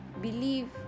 believe